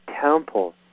temple